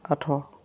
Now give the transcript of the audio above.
ଆଠ